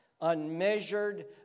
unmeasured